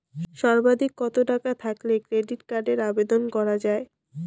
সর্বাধিক কত টাকা থাকলে ক্রেডিট কার্ডের আবেদন করা য়ায়?